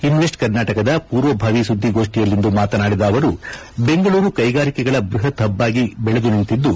ಇನ್ನೆಕ್ಟ್ ಕರ್ನಾಟಕದ ಪೂರ್ವಭಾವಿ ಸುದ್ದಿಗೋಷ್ಠಿಯಲ್ಲಿಂದು ಮಾತನಾಡಿದ ಅವರು ಬೆಂಗಳೂರು ಕ್ಷೆಗಾರಿಕೆಗಳ ಬ್ಬಹತ್ತ್ ಪಬ್ ಆಗಿ ದೆಳೆದು ನಿಂತಿದ್ದು